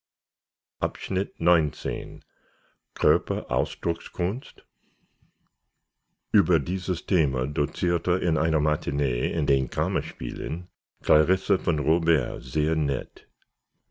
volks-zeitung februar körperausdruckskunst über dieses thema dozierte in einer matinee in den kammerspielen clarisse v robert sehr nett